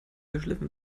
geschliffen